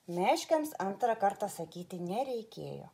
meškiams antrą kartą sakyti nereikėjo